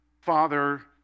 father